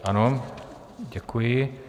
Ano, děkuji.